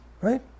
Right